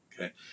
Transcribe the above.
Okay